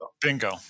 bingo